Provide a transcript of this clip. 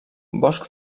bosc